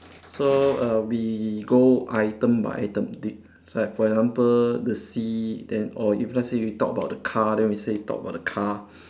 so err we go item by item did like for example the sea then or if let's say you talk about the car then we say talk about the car